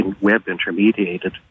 web-intermediated